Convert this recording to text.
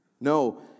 No